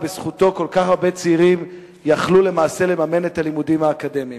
ובזכותו כל כך הרבה צעירים יכלו לממן את הלימודים האקדמיים.